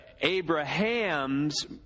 Abraham's